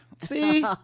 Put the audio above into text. See